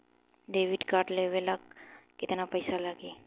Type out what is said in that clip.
Debit card लेवे ला केतना पईसा लागी?